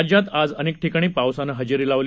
राज्यात आज अनेक ठिकाणी पावसानं हजेरी लावली